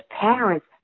parents